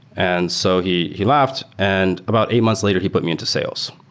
and so he he laughed, and about eight months later he put me into sales.